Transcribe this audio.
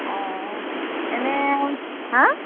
অঁ এনেই হাঁ